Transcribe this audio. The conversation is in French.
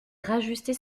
rajustait